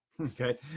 Okay